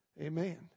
Amen